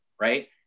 right